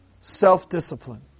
self-discipline